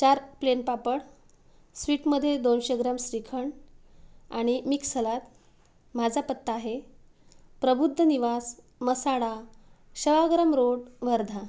चार प्लेन पापड स्वीटमधे दोनशे ग्राम श्रीखंड आणि मिक्स सलाद माझा पत्ता आहे प्रबुद्ध निवास मसाडा शेवाग्राम रोड वर्धा